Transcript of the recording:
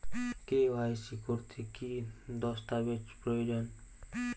KYC করতে কি দস্তাবেজ প্রয়োজন?